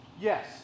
Yes